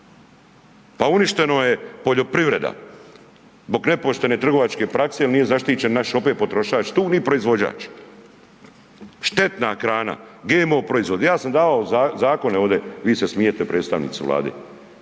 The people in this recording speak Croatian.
Pa uništeno je poljoprivreda zbog nepoštene trgovačke prakse jer nije zaštićen naš opet potrošač tu ni proizvođač. Štetna hrana, GMO proizvodi, ja sam davao zakone ovdje, vi se smijete predstavnici Vlade,